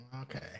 Okay